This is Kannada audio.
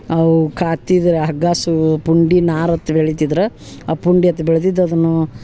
ಅವು ಕಾತಿದ್ರೆ ಹಗ್ಗ ಸು ಪುಂಡಿ ನಾರತ್ ಬೆಳಿತಿದ್ರ ಆ ಪುಂಡಿಯತ ಬೆಳ್ದಿದ ಅದನ್ನು